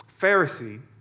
Pharisee